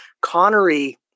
Connery